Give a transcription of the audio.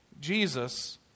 Jesus